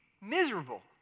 miserable